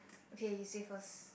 okay you say first